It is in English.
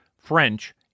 French